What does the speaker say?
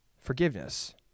forgiveness